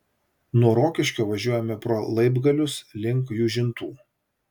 nuo rokiškio važiuojame pro laibgalius link jūžintų